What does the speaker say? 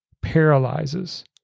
paralyzes